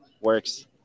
works